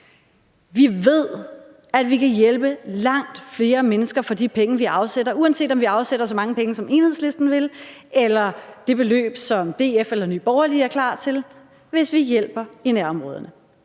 Vi ved, at vi kan hjælpe langt flere mennesker for de penge, vi afsætter, uanset om vi afsætter så mange penge, som Enhedslisten vil, eller de beløb, som DF eller Nye Borgerlige er klar til at afsætte, hvis vi hjælper i nærområderne.